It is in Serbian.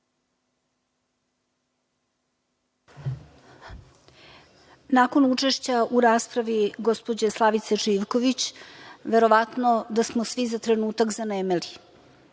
Nakon učešća u raspravi gospođe Slavice Živković verovatno da smo svi za trenutak zanemeli.